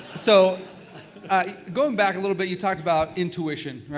so going back a little bit you talked about intuition, right,